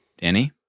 Danny